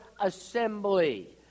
assembly